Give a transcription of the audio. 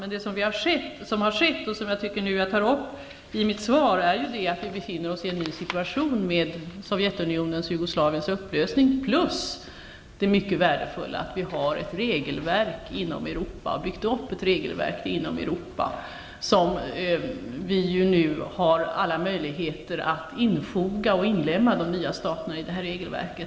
Men det som har skett och som jag tar upp i svaret är att vi befinner oss i en ny situation med Sovjetunionens och Jugoslaviens upplösning plus det mycket värdefulla att vi har byggt upp ett regelverk inom Europa. Och vi har alla möjligheter att infoga och inlemma de nya staterna i detta regelverk.